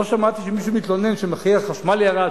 לא שמעתי שמישהו מתלונן שמחיר החשמל ירד,